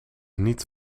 niet